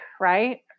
right